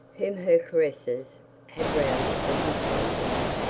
whom her caresses had aroused from his slumbers.